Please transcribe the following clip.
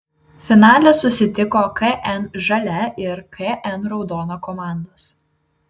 finale susitiko kn žalia ir kn raudona komandos